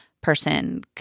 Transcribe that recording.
person